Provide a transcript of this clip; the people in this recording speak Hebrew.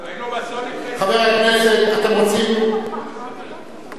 (חבר הכנסת יואל חסון יוצא מאולם המליאה.) ראינו באסון לפני,